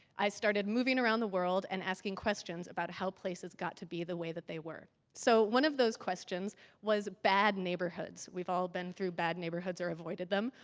i started moving around the world and asking questions about how places got to be the way that they were. so one of those questions was it bad neighborhoods. we've all been through bad neighborhoods or avoided them.